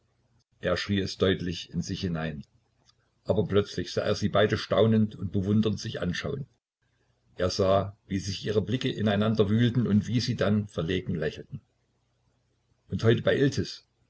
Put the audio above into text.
er schrie es deutlich in sich hinein aber plötzlich sah er sie beide staunend und bewundernd sich anschauen er sah wie sich ihre blicke ineinander wühlten und wie sie dann verlegen lächelten und heute bei